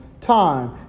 time